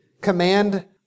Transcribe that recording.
command